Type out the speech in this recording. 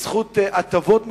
בזכות הטבות מופלגות,